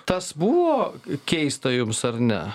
tas buvo keista jums ar ne